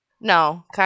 no